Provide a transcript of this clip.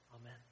Amen